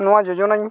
ᱱᱚᱣᱟ ᱡᱳᱡᱳᱱᱟᱧ